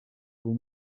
vos